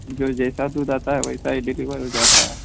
जो जैसा दूध आता है वैसा ही डिलीवर हो जाता है